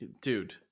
Dude